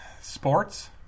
sports